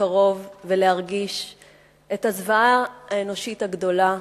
מקרוב ולהרגיש את הזוועה האנושית הגדולה